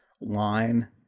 line